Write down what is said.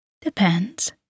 Depends